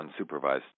unsupervised